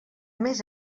més